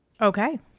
Okay